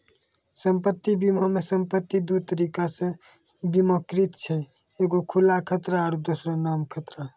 सम्पति बीमा मे सम्पति दु तरिका से बीमाकृत छै एगो खुला खतरा आरु दोसरो नाम खतरा